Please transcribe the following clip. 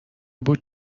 بود